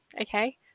okay